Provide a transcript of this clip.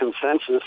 consensus